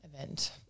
event